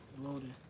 Loaded